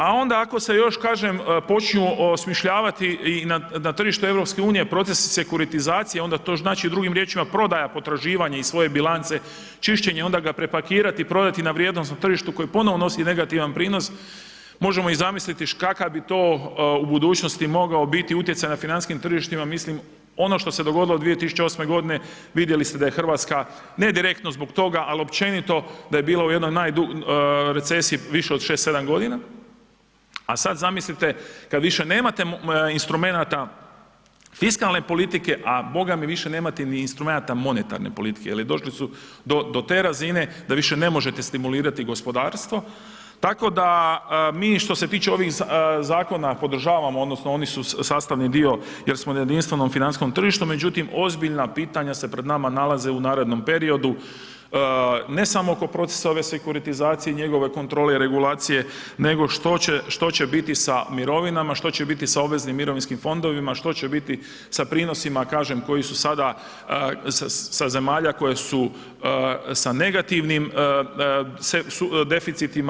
A onda ako se još počnu osmišljavati i na tržištu EU proces sekuritizacije, onda to znači drugim riječima prodaja potraživanja i svoje bilance, čišćenje, onda ga prepakirati, prodati na vrijednosnom tržištu koje ponovno nosi negativan prinos, možemo zamisliti kakav bi to u budućnosti mogao biti utjecaj financijskim tržištima, mislim, ono što se dogodilo u 2008. g., vidjeli ste da je Hrvatska, ne direktno zbog toga, ali općenito da je bila u jednoj od najduljih recesiji više od 6-7 godina, a sad zamislite kad više nemate instrumenata fiskalne politike, a Boga mi više nemate ni instrumenata monetarne politike jer došli su do te razine da više ne možete stimulirati gospodarstvo, tako da mi, što se tiče ovih zakona podržavamo odnosno oni su sastavni dio jer smo na jedinstvenom financijskom tržištu, međutim, ozbiljna pitanja se pred nama nalaze u narednom periodu, ne samo oko procesa ove sekuritizacije i njegove kontrole i regulacije, nego što će biti sa mirovinama, što će biti sa obveznim mirovinskim fondovima, što će biti sa prinosima, kažem, koji su sada sa zemalja koje su sa negativnim deficitima.